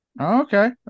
okay